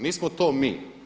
Nismo to mi.